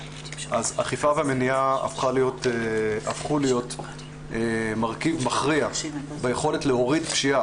האכיפה והמניעה הפכו להיות מרכיב מכריע ביכולת להוריד פשיעה,